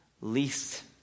least